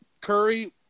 Curry